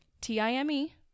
T-I-M-E